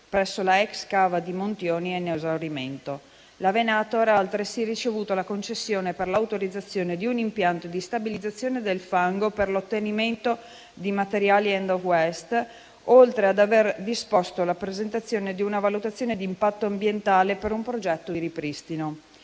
presso la ex cava di Montioni è in esaurimento. La Venator ha altresì ricevuto la concessione per l'autorizzazione di un impianto di stabilizzazione del fango per l'ottenimento di materiali *end of waste*, oltre ad aver disposto la presentazione di una valutazione di impatto ambientale per un progetto di ripristino.